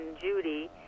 Judy